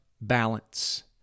balance